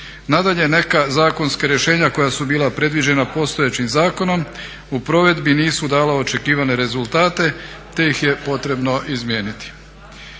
Nadalje, neka zakonska rješenja koja su bila predviđena postojećim zakonom u provedbi nisu dala očekivane rezultate, te ih je potrebno izmijeniti.